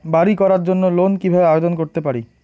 বাড়ি করার জন্য লোন কিভাবে আবেদন করতে পারি?